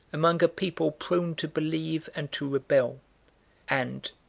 among a people prone to believe and to rebel and,